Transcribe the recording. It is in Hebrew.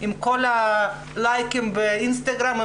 עם כל הלייקים באינסטגרם,